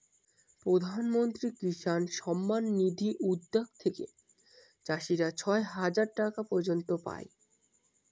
প্রধান মন্ত্রী কিষান সম্মান নিধি উদ্যাগ থেকে চাষীরা ছয় হাজার টাকা পর্য়ন্ত পাই